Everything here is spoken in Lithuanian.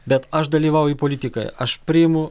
bet aš dalyvauju politikoje aš priimu